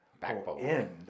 backbone